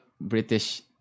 British